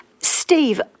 Steve